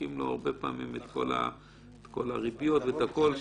מוחקים לו הרבה פעמים את כל הריביות שישלם.